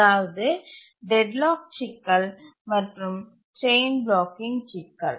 அதாவது டெட்லாக் சிக்கல் மற்றும் செயின் பிளாக்கிங் சிக்கல்